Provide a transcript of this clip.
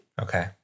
Okay